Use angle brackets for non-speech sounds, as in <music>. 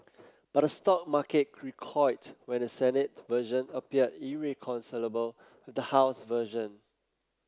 <noise> but the stock market recoiled when the Senate version appeared irreconcilable with the House version